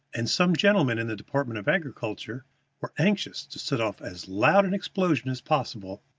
and some gentlemen in the department of agriculture were anxious to set off as loud an explosion as possible,